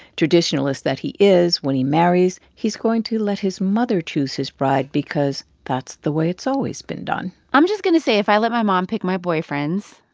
traditionalist that he is, when he marries, he's going to let his mother choose his bride because that's the way it's always been done i'm just going to say if i let my mom pick my boyfriends,